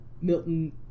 Milton